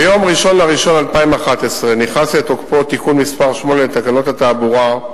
ביום 1 בינואר 2011 נכנס לתוקפו תיקון מס' 8 לתקנות התעבורה,